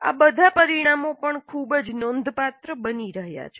આ બધા પરિણામો પણ ખૂબ જ નોંધપાત્ર બની રહ્યા છે